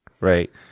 Right